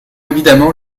évidemment